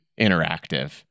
interactive